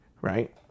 Right